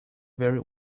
very